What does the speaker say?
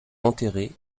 enterrée